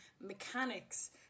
mechanics